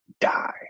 die